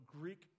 Greek